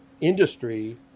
industry